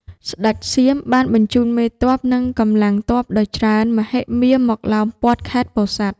ស្ដេចសៀមបានបញ្ជូនមេទ័ព និងកម្លាំងទ័ពដ៏ច្រើនមហិមាមកឡោមព័ទ្ធខេត្តពោធិ៍សាត់។